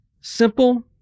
simple